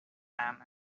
man